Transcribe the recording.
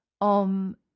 OM